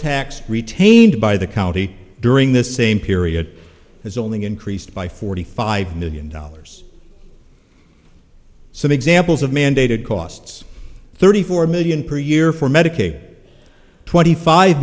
tax retained by the county during this same period has only increased by forty five million dollars some examples of mandated costs thirty four million per year for medicaid twenty five